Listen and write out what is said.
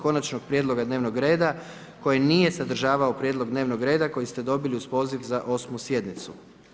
Konačnog prijedloga dnevnog reda koji nije sadržavao prijedlog dnevnog reda koji ste dobili uz poziv za 8. sjednicu?